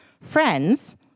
friends